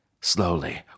Slowly